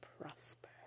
prosper